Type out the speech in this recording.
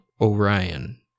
Orion